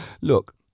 Look